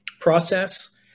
process